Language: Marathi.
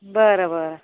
बर बर